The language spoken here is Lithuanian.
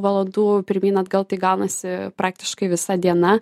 valandų pirmyn atgal tai gaunasi praktiškai visa diena